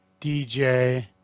DJ